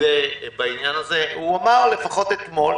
הוא אמר, לפחות אתמול,